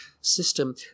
system